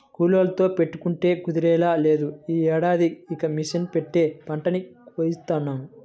కూలోళ్ళతో పెట్టుకుంటే కుదిరేలా లేదు, యీ ఏడాదికి ఇక మిషన్ పెట్టే పంటని కోయిత్తాను